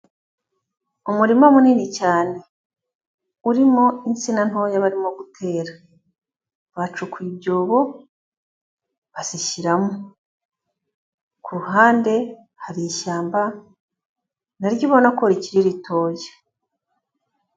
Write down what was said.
Umurima munini cyane urimo insina ntoya barimo gutera, bacukuye ibyobo bazishyiramo ku ruhande hari ishyamba na ryo ubona ko rikiri ritoya.